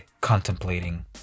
contemplating